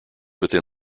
within